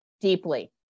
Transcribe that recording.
deeply